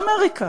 לאמריקה.